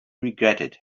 regretted